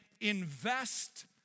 invest